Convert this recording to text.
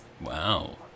Wow